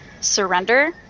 surrender